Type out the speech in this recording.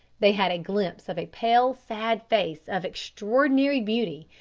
they had a glimpse of a pale, sad face of extraordinary beauty,